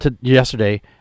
yesterday